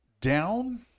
down